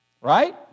Right